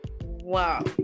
wow